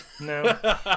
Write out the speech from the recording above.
No